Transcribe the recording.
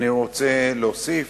אני רוצה להוסיף,